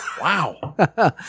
Wow